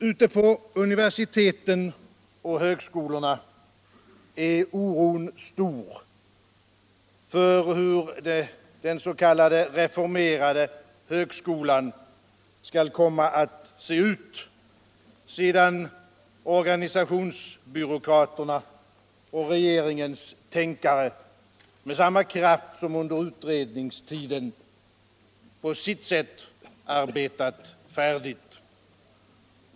Ute på universiteten och högskolorna är oron stor för hur den s.k. reformerade högskolan skall komma att se ut, sedan organisationsbyråkraterna och regeringens tänkare med samma kraft som under utredningstiden på sitt sätt arbetat färdigt.